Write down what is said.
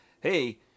hey